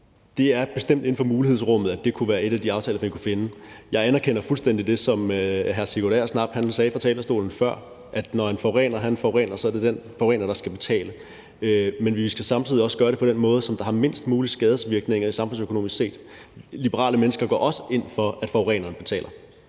Det er bestemt inden for rummet af muligheder, og det kunne være en af de aftaler, man kunne finde. Jeg anerkender fuldstændig det, som hr. Sigurd Agersnap sagde fra talerstolen før, nemlig at når en forurener forurener, er det den forurener, der skal betale. Men vi skal samtidig gøre det på den måde, som har mindst mulig skadevirkning samfundsøkonomisk set. Liberale mennesker går også ind for, at forureneren betaler.